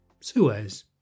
Suez